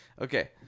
Okay